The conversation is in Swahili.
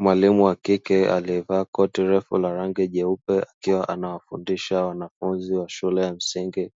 Mwalimu wa kike aliyevaa koti refu la rangi jeupe akiwa anawafundisha wanafunzi wa shule ya msingi,